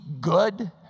good